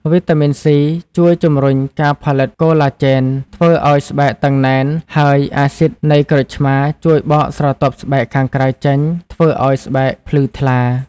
វីតាមីន សុី (C) ជួយជំរុញការផលិតកូឡាជែន ធ្វើឲ្យស្បែកតឹងណែន ហើយអាស៊ីដនៃក្រូចឆ្មារជួយបកស្រទាប់ស្បែកខាងក្រៅចេញ ធ្វើឲ្យស្បែកភ្លឺថ្លា។